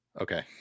okay